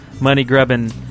money-grubbing